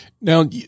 Now